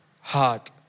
heart